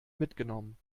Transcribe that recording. mitgenommen